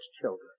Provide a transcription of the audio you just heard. children